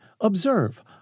observe